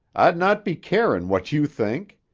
i'd not be carin' what you think.